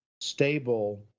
stable